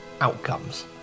outcomes